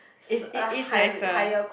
is it is nice lah